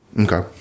Okay